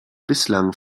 bislang